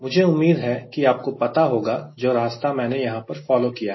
मुझे उम्मीद है कि आपको पता होगा जो रास्ता मैंने यहां पर फॉलो किया है